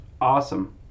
Awesome